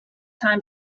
time